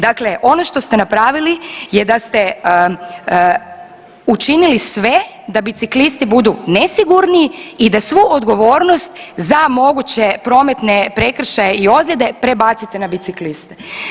Dakle, ono što ste napravili je da ste učinili sve da biciklisti budu nesigurni i da svu odgovornost za moguće prometne prekršaje i ozljede prebacite na bicikliste.